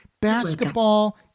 basketball